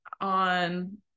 on